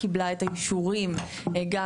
קיבלה את האישורים גם